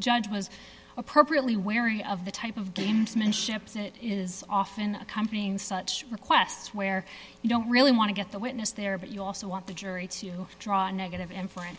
judge was appropriately wary of the type of gamesmanship that is often accompanying such requests where you don't really want to get the witness there but you also want the jury to draw a negative influence